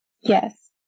Yes